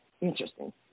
Interesting